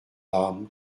larme